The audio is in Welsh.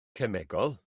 cemegol